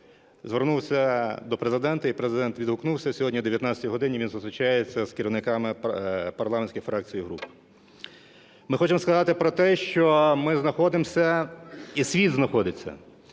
звернувся до Президента і Президент відгукнувся і сьогодні о 19-й годині він зустрічається з керівниками парламентських фракцій і груп. Ми хочемо сказати про те, що ми знаходимося і світ знаходиться